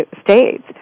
states